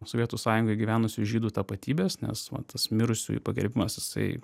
sovietų sąjungoj gyvenusių žydų tapatybės nes va tas mirusiųjų pagerbimas jisai